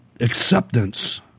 acceptance